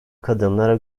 kadınlara